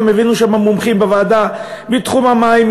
היום הבאנו לוועדה מומחים מתחום המים,